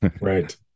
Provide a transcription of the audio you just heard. right